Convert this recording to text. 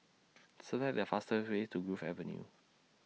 Select The fastest Way to Grove Avenue